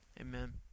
Amen